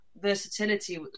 versatility